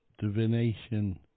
divination